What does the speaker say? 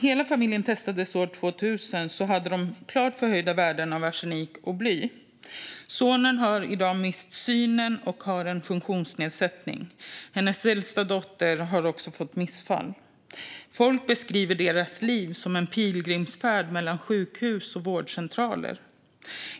Hela familjen testades år 2000, och de hade klart förhöjda värden av arsenik och bly. Patricias son har i dag mist synen och har en funktionsnedsättning. Hennes äldsta dotter har fått missfall. Folk i Arica beskriver livet som en pilgrimsfärd mellan sjukhus och vårdcentraler.